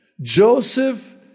Joseph